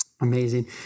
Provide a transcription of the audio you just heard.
amazing